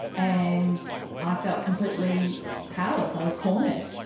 and i felt completely powerless, i was cornered.